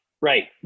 Right